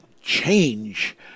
change